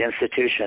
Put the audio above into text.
institution